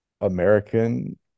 American